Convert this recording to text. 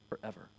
forever